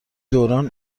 دوران